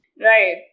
Right